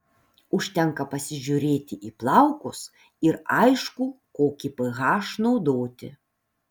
užtenka pasižiūrėti į plaukus ir aišku kokį ph naudoti